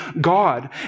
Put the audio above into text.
God